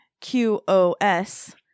Q-O-S